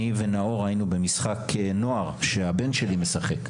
אני ונאור היינו במשחק נוער שהבן שלי שיחק.